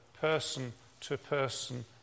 person-to-person